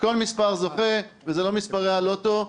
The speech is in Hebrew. כל מספר זוכה וזה לא מספרי הלוטו.